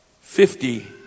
fifty